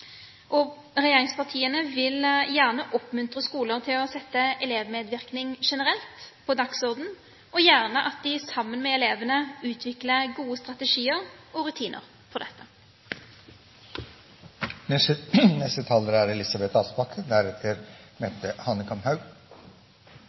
Regjeringspartiene vil gjerne oppmuntre skoler til å sette elevmedvirkning generelt på dagsordenen og gjerne at de sammen med elevene utvikler gode strategier og rutiner for dette.